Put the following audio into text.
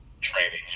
training